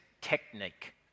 technique